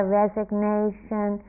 resignation